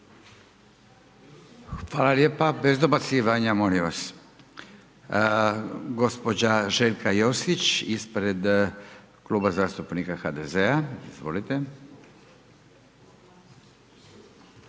Hvala lijepa. Bez dobacivanja molim vas. Gospođa Željka Josić ispred Kluba zastupnika HDZ-a. Izvolite.